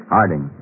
Harding